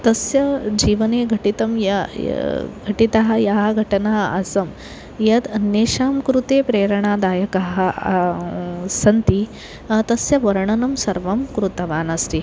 तस्य जीवने घटितं या घटिता या घटना आसीत् यद् अन्येषां कृते प्रेरणादायकाः सन्ति तस्य वर्णनं सर्वं कृतवान् अस्ति